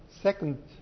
second